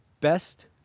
Best